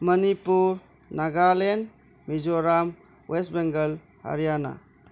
Manipur Nagaland Mizoram West Bengal Haryana